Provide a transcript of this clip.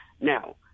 Now